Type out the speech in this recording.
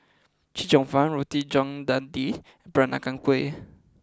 Chee Cheong Fun Roti John Daging Peranakan Kueh